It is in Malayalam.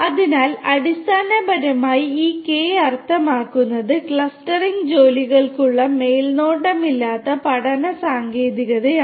അതിനാൽ അടിസ്ഥാനപരമായി ഈ കെ അർത്ഥമാക്കുന്നത് ക്ലസ്റ്ററിംഗ് ജോലികൾക്കുള്ള മേൽനോട്ടമില്ലാത്ത പഠന സാങ്കേതികതയാണ്